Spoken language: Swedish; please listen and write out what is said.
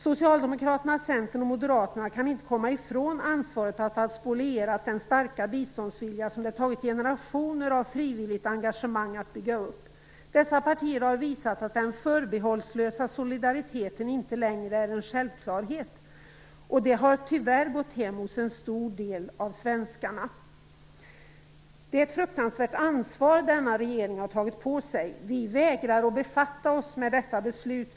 Socialdemokraterna, Centern och Moderaterna kan inte komma ifrån ansvaret att ha spolierat den starka biståndsvilja som det har tagit generationer av frivilligt engagemang att bygga upp. Dessa partier har visat att den förbehållslösa solidariteten inte längre är en självklarhet. Det har tyvärr gått hem hos en stor del av svenskarna. Det är ett fruktansvärt ansvar denna regeringen har tagit på sig. Vi vägrar att befatta oss med detta beslut.